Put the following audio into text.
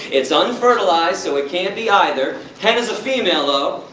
it's unfertilized so it can't be either. hen is a female, though,